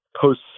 post